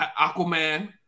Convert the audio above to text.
Aquaman